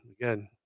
again